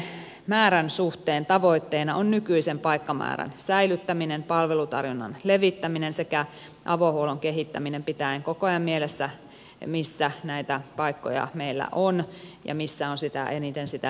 turvakotipaikkojen määrän suhteen tavoitteena on nykyisen paikkamäärän säilyttäminen palvelutarjonnan levittäminen sekä avohuollon kehittäminen pitäen koko ajan mielessä missä näitä paikkoja meillä on ja missä on eniten sitä lisäystarvetta